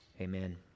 Amen